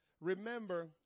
remember